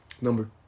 Number